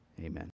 Amen